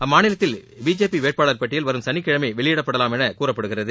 அம்மாநிலத்தில் பிஜேபி வேட்பாளர் பட்டியல் வரும் சனிக்கிழமை வெளியிடப்படலாம் என கூறப்படுகிறது